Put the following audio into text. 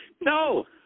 No